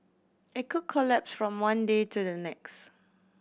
it could collapse from one day to the next